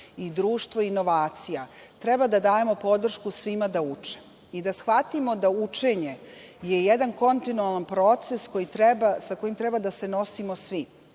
i društvo inovacija, treba da dajemo podršku svima da uče i da shvatimo da je učenje jedan kontinualan proces sa kojim treba da se nosimo svi,